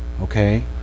Okay